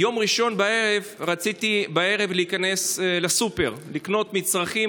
ביום ראשון רציתי בערב להיכנס לסופר לקנות מצרכים,